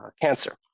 cancer